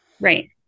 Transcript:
right